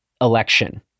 election